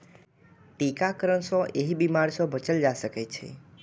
टीकाकरण सं एहि बीमारी सं बचल जा सकै छै